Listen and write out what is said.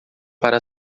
para